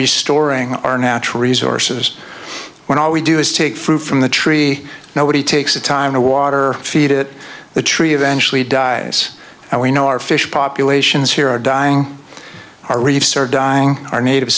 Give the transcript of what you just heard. restoring our natural resources when all we do is take fruit from the tree nobody takes the time to water feed it the tree eventually dies and we know our fish populations here are dying our reefs are dying our native